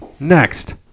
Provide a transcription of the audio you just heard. Next